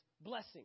blessing